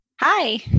Hi